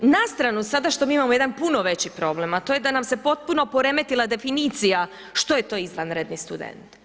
Na stranu sada što mi imamo jedan puno veći problem, a to je da nam se potpuno poremetila definicija što je to izvanredni student.